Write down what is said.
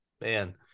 Man